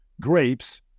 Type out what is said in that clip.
grapes